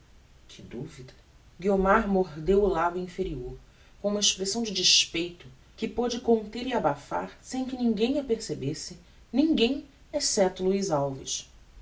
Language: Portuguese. que duvida guiomar mordeu o labio inferior com uma expressão de despeito que pôde conter e abafar sem que ninguem a percebesse ninguem excepto luiz alves